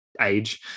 age